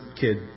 kid